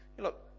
look